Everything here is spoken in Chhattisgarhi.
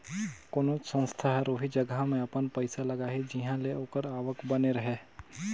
कोनोच संस्था हर ओही जगहा में अपन पइसा लगाही जिंहा ले ओकर आवक बने रहें